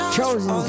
Chosen